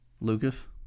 Lucas